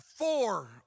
Four